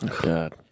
god